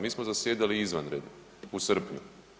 Mi smo zasjedali izvanredno u srpnju.